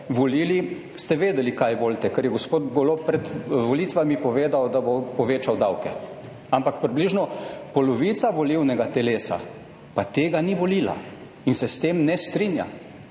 ste vedeli kaj volite, ker je gospod Golob pred volitvami povedal, da bo povečal davke, ampak približno polovica volilnega telesa pa tega ni volila in se s tem ne strinja.